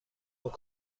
پاک